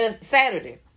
Saturday